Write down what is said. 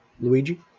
Luigi